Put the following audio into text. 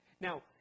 Now